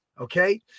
Okay